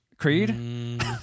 Creed